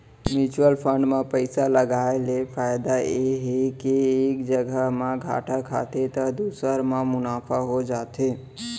mutual fund म पइसा लगाय ले फायदा ये हे के एक जघा म घाटा खाथे त दूसर म मुनाफा हो जाथे